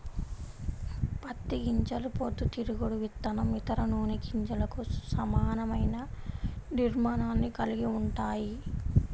పత్తి గింజలు పొద్దుతిరుగుడు విత్తనం, ఇతర నూనె గింజలకు సమానమైన నిర్మాణాన్ని కలిగి ఉంటాయి